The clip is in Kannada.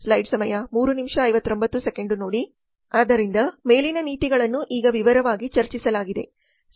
ಆದ್ದರಿಂದ ಮೇಲಿನ ನೀತಿಗಳನ್ನು ಈಗ ವಿವರವಾಗಿ ಚರ್ಚಿಸಲಾಗಿದೆ